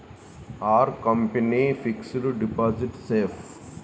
Are company fixed deposit safe?